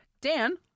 Dan